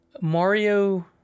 mario